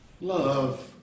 love